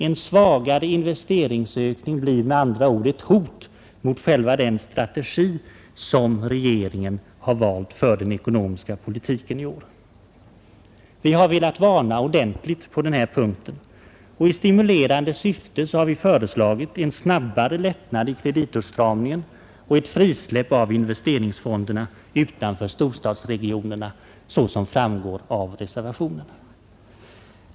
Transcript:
En svagare investeringsökning blir med andra ord ett hot mot själva den strategi som regeringen valt för den ekonomiska politiken. Vi har velat varna ordentligt på denna punkt. Och i stabiliserande syfte har vi föreslagit en snabbare lättnad i kreditåtstramningen och ett frisläpp av investeringsfonderna utanför storstadsregionerna, såsom fram går av reservationen.